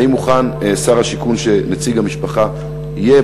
האם מוכן שר השיכון שנציג המשפחה יהיה